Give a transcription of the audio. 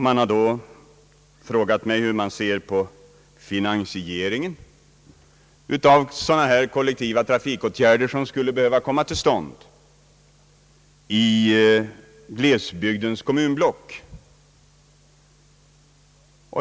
Man har då frågat mig hur jag ser på finansieringen av sådana här kollektiva trafikåtgärder som skulle behöva komma till stånd i glesbygdens kommunblock.